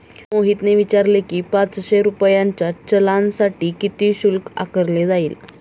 मोहनने विचारले की, पाचशे रुपयांच्या चलानसाठी किती शुल्क आकारले जाईल?